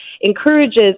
encourages